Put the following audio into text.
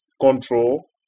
control